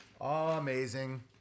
amazing